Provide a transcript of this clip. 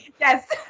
Yes